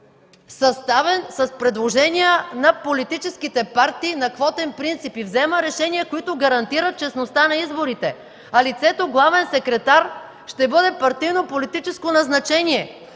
съставен по предложение на политическите партии на квотен принцип и взема решения, които гарантират честността на изборите. Лицето „главен секретар” ще бъде партийно-политическо назначение.